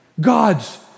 God's